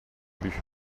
but